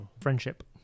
Friendship